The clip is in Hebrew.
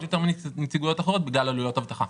יותר מנציגויות אחרות בגלל עלויות אבטחה.